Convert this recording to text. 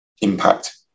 impact